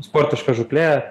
sportiška žūklė